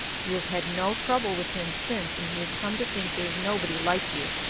you have had no trouble with him since and he has come to think there's nobody like you.